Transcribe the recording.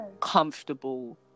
comfortable